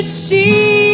see